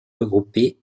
regroupées